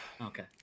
Okay